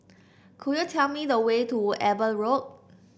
could you tell me the way to Eben Road